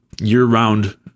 year-round